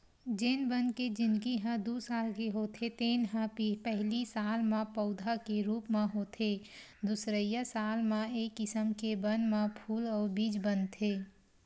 जेन बन के जिनगी ह दू साल के होथे तेन ह पहिली साल म पउधा के रूप म होथे दुसरइया साल म ए किसम के बन म फूल अउ बीज बनथे